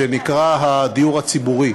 שנקרא הדיור הציבורי.